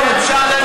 די, נו, אתם שאננים.